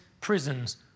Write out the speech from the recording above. prisons